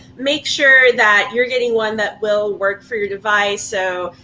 make sure that you're getting one that will work for your device. so,